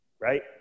right